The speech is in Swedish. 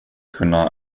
kunna